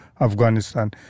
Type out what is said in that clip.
Afghanistan